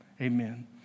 Amen